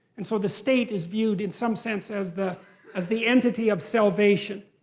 and so the state is viewed, in some sense, as the as the entity of salvation.